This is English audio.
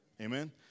Amen